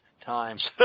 times